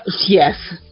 Yes